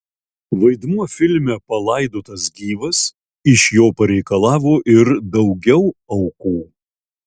vaidmuo filme palaidotas gyvas iš jo pareikalavo ir daugiau aukų